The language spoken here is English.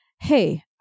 hey